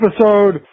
episode